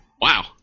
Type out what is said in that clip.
wow